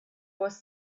was